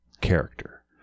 character